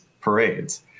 parades